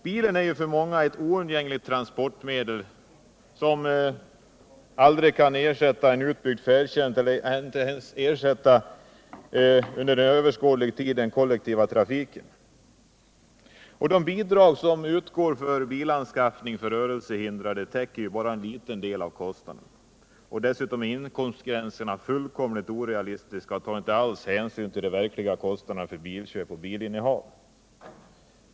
Bilen är för många ett oundgängligt transportmedel, som aldrig kan ersättas av en utbyggd färdtjänst celler ens inom överskådlig tid av den kollektiva trafiken. De bidrag som utgår till bilanskaffning till rörelsehindrade täcker bara en liten del av kostnaderna. Dessutom är inkomstgränserna orealistiska och tar inte alls hänsyn till de verkliga kostnaderna för bilköp och bilinnehav.